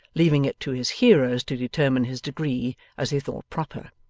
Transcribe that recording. leaving it to his hearers to determine his degree as they thought proper.